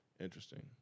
Interesting